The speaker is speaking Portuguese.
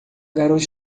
garota